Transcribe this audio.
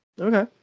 okay